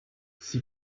sie